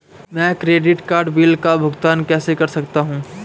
मैं credit card bill का भुगतान कैसे कर सकता हूं?